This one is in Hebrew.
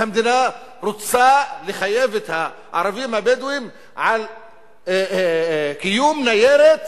המדינה רוצה לחייב את הערבים הבדואים בקיום ניירת